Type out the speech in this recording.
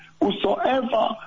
whosoever